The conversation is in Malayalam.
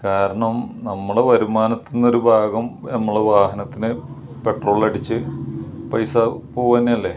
കാരണം നമ്മുടെ വരുമാനത്തിനൊരുഭാഗം നമ്മൾ വാഹനത്തിന് പെട്രോളടിച്ചു പൈസ പോവ്വാന്നല്ലേ